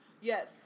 Yes